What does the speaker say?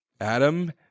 Adam